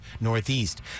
northeast